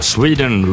Sweden